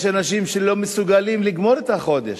יש אנשים שלא מסוגלים לגמור את החודש,